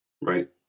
Right